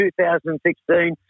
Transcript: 2016